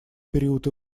период